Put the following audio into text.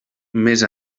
més